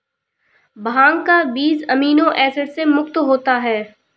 भांग का बीज amino acid से युक्त होता है